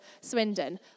Swindon